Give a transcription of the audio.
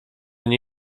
nie